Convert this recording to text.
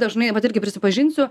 dažnai vat irgi prisipažinsiu